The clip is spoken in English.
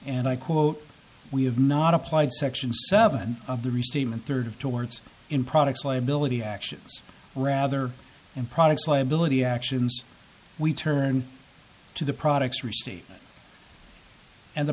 and i quote we have not applied section seven of the restatement third of two words in products liability actions rather in products liability actions we turn to the products received and the